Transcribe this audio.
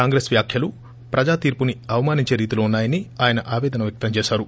కాంగ్రెస్ వ్యాఖ్యలు ప్రజా తీర్పుని అవమానించే రీతిలో ఉన్నాయని ఆయన ఆపేదన వ్యక్తం చేశారు